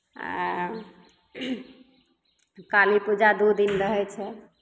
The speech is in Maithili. आ काली पूजा दू दिन रहै छै